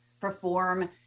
perform